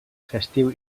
festiu